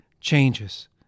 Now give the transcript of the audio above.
changes